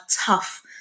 tough